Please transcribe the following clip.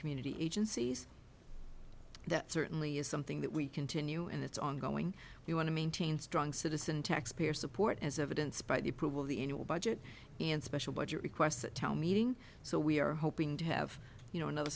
community agencies that certainly is something that we continue and it's ongoing we want to maintain strong citizen taxpayer support as evidence by the approval the in your budget and special budget requests that tell meeting so we are hoping to have you know another